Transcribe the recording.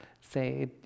say